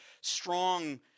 strong